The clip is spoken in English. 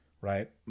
right